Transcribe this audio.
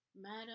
Madam